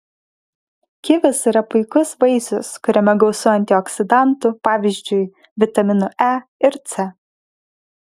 kivis yra puikus vaisius kuriame gausu antioksidantų pavyzdžiui vitaminų e ir c